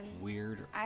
weird